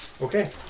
Okay